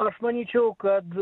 aš manyčiau kad